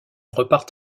repart